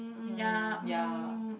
mm ya